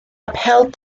upheld